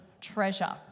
treasure